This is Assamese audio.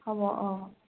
হ'ব অঁ